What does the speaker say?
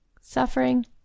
suffering